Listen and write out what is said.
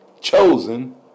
chosen